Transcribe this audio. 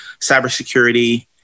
cybersecurity